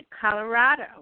Colorado